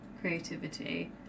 creativity